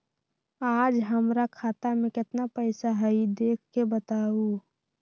आज हमरा खाता में केतना पैसा हई देख के बताउ?